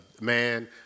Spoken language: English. man